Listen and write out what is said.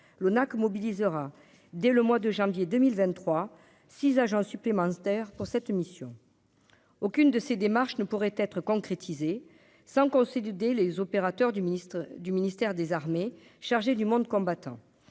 l'ONAC mobilisera dès le mois de janvier 2023 6 agents supplémentaires pour cette mission, aucune de ces démarches ne pourrait être concrétisée sans concéder les opérateurs du ministre du ministère des Armées chargé du monde combattant